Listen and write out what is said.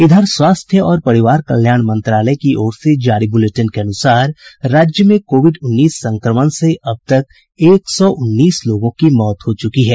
इधर स्वास्थ्य और परिवार कल्याण मंत्रालय की ओर से जारी बुलेटिन के अनुसार राज्य में कोविड उन्नीस संक्रमण से अब तक एक सौ उन्नीस लोगों की मौत हो चुकी है